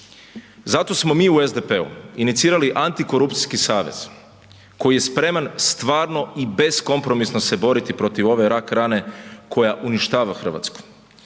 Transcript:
Zato smo mi u SDP-u inicirali Antikorupcijski savez koji je spreman stvarno i beskompromisno se boriti protiv ove rak rane koja uništava Hrvatsku